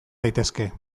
daitezke